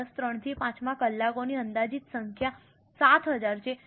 વર્ષ 3 થી 5 માં કલાકોની અંદાજિત સંખ્યા 7000 છે